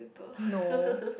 no